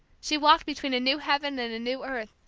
she walked between a new heaven and a new earth!